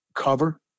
cover